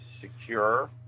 secure